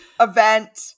event